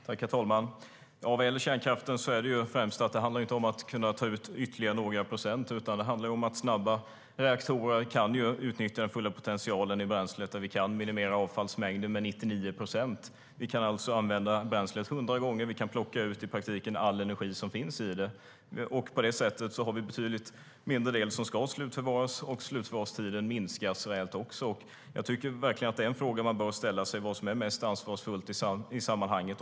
Herr talman! Vad gäller kärnkraften handlar det inte främst om att kunna ta ut ytterligare några procent. Det handlar om att snabba reaktorer kan utnyttja den fulla potentialen i bränslet, och vi kan minimera avfallsmängden med 99 procent. Vi kan alltså använda bränslet 100 gånger, och vi kan plocka ut i praktiken all energi som finns i det. På det sättet har vi en betydligt mindre del som ska slutförvaras, och slutförvarstiden minskas rejält. Jag tycker verkligen att det är frågor man bör ställa sig: Vad är mest ansvarsfullt i sammanhanget?